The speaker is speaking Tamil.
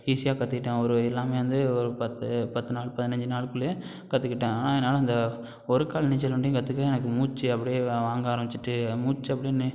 ஈஸியாக கற்றுக்கிட்டேன் ஒரு எல்லாம் வந்து ஒரு பத்து பத்து நாள் பதினஞ்சு நாளுக்குள்ளேயே கற்றுக்கிட்டேன் ஆனால் என்னால் அந்த ஒரு கால் நீச்சல் ஒன்டியும் கற்றுக்க எனக்கு மூச்சு அப்படியே வ வாங்க ஆரம்பித்துட்டு மூச்சு அப்படியே நி